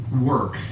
work